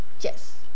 Yes